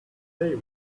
day